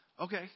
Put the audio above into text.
Okay